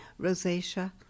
rosacea